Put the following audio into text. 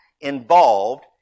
involved